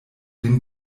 den